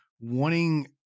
wanting